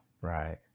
Right